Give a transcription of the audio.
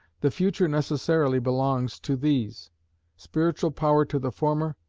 the future necessarily belongs to these spiritual power to the former,